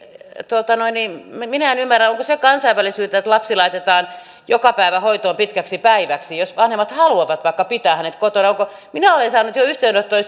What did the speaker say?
minä en ymmärrä onko se kansainvälisyyttä että lapsi laitetaan joka päivä hoitoon pitkäksi päiväksi jos vanhemmat vaikka haluavat pitää hänet kotona minä olen saanut jo yhteydenottoja